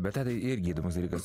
bet tadai irgi įdomus dalykas